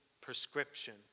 prescription